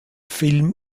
film